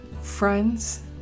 friends